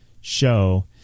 show